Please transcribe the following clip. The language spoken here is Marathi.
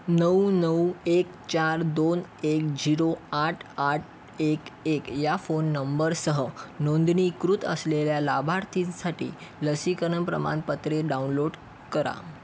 नऊ नऊ एक चार दोन एक झीरो आठ आठ एक एक या फोन नंबरसह नोंदणीकृत असलेल्या लाभार्थींसाठी लसीकरण प्रमाणपत्रे डाउनलोड करा